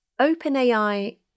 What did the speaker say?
OpenAI